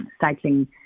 cycling